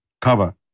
cover